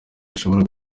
bishobora